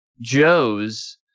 Joe's